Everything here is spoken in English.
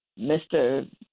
Mr